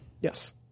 yes